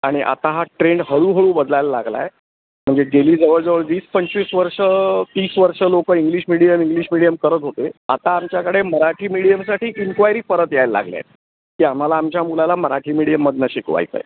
आणि आता हा ट्रेंड हळूहळू बदलायला लागला आहे म्हणजे गेली जवळजवळ वीस पंचवीस वर्ष तीस वर्ष लोक इंग्लिश मीडियम इंग्लिश मीडियम करत होते आता आमच्याकडे मराठी मिडियमसाठी इन्क्वायरी परत यायला लागले आहेत की आम्हाला आमच्या मुलाला मराठी मीडियममधून शिकवायचं आहे